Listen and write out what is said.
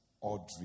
Audrey